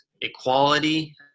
equality